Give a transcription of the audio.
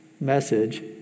message